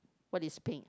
what is pink